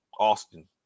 Austin